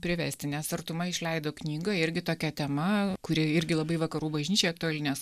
privesti nes artuma išleido knygą irgi tokia tema kuri irgi labai vakarų bažnyčioje toli nes